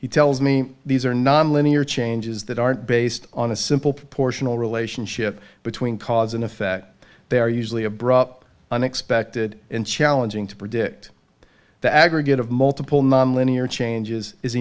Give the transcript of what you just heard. he tells me these are non linear changes that aren't based on a simple proportional relationship between cause and effect they're usually abrupt unexpected and challenging to predict the aggregate of multiple non linear changes is